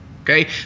Okay